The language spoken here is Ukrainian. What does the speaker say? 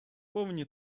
повні